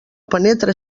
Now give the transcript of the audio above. penetra